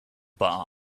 bar